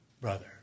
brother